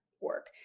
work